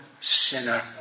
sinner